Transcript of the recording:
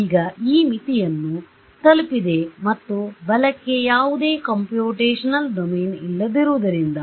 ಈಗ ಈ ಮಿತಿಯನ್ನು ತಲುಪಿದೆ ಮತ್ತು ಬಲಕ್ಕೆ ಯಾವುದೇ ಕಂಪ್ಯೂಟೇಶನಲ್ ಡೊಮೇನ್ ಇಲ್ಲದಿರುವುದರಿಂದ